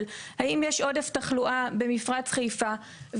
של האם יש עודף תחלואה במפרץ חיפה,